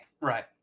right